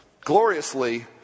gloriously